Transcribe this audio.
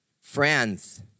Friends